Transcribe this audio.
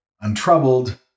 untroubled